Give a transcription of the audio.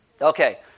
Okay